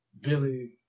Billy